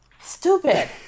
stupid